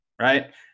right